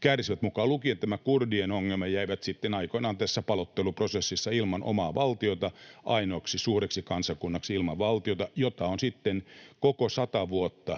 kärsivät, mukaan lukien tämä kurdien ongelma: he jäivät sitten aikoinaan tässä paloitteluprosessissa ilman omaa valtiota, ainoaksi suureksi kansakunnaksi ilman valtiota, mistä on sitten koko sata vuotta